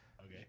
Okay